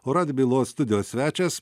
o rad bylos studijos svečias